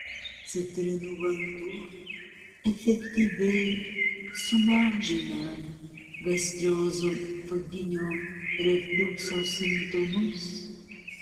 citrinų vanduo efektyviai sumažina gastroezofaginio refliukso simptomus